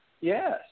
Yes